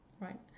right